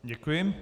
Děkuji.